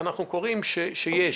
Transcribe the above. אנחנו קוראים שיש דברים.